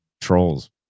trolls